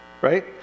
right